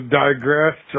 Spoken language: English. digress